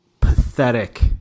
pathetic